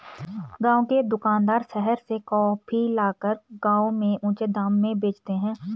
गांव के दुकानदार शहर से कॉफी लाकर गांव में ऊंचे दाम में बेचते हैं